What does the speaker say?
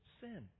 sin